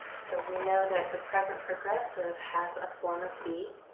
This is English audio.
so we know that the present progressive has a form of be